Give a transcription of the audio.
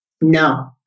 no